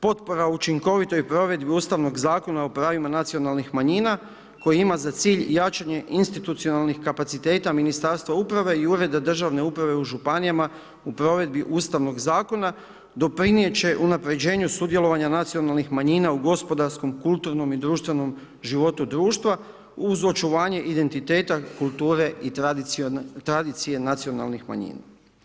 Potpora učinkovitoj provedbu Ustavnog zakona o pravima nacionalnih manjina koji ima za cilj jačanje institucionalnih kapaciteta Ministarstva uprave i Ureda državne uprave u županijama u provedbi Ustavnog zakona, doprinijeti će unapređenje sudjelovanje nacionalnih manjina u gospodarskom, kulturnom i društvenom životu društva uz očuvanje identiteta kulture i tradicije nacionalnih manjina.